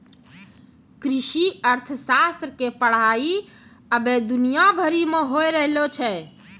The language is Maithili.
कृषि अर्थशास्त्र के पढ़ाई अबै दुनिया भरि मे होय रहलो छै